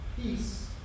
Peace